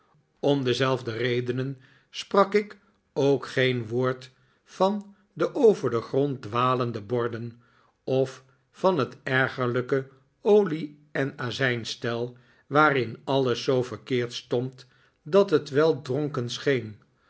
om dezelfde redenen sprak ik ook geen woord van de over den grond dwalende borden of van het ergerlijke olie en azijnstel waarin alles zoo verkeerd stond dat het wel dronken scheen